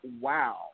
wow